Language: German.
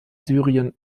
syrien